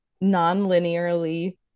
non-linearly